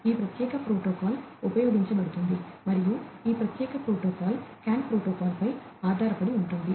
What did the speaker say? ఈ ప్రత్యేక ప్రోటోకాల్ ఉపయోగించబడుతుంది మరియు ఈ ప్రత్యేక ప్రోటోకాల్ CAN ప్రోటోకాల్పై ఆధారపడి ఉంటుంది